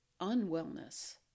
unwellness